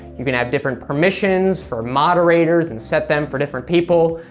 you can have different permissions for moderators, and set them for different people,